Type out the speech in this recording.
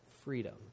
freedom